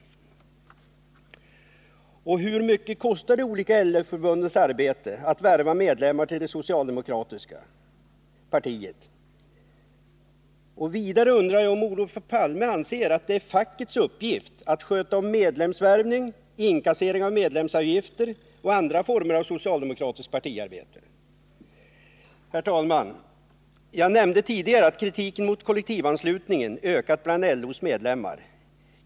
Onsdagen den Och hur mycket kostar de olika LO-förbundens arbete att värva medlem 14 november 1979 anser att det är fackets uppgift att sköta om medlemsvärvning, inkassering av Förbud mot kol Herr talman! Jag nämnde tidigare att kritiken mot kollektivanslutningen ökat bland LO:s medlemmar.